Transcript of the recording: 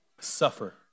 suffer